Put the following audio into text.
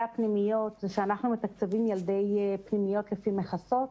הפנימיות זה שאנחנו מתקצבים ילדי פנימיות לפי מכסות.